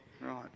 Right